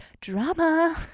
Drama